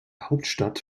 hauptstadt